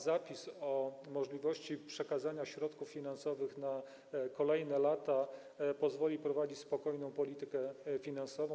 Zapis o możliwości przekazania środków finansowych na kolejne lata pozwoli prowadzić spokojną politykę finansową.